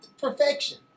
perfection